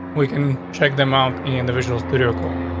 we can check them out individual studio cold.